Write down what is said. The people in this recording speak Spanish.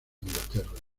inglaterra